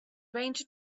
ranger